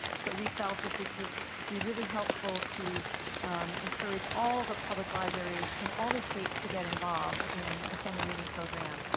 so we felt that this would be really helpful to encourage all the public libraries in all the states to get involved in the summer reading program.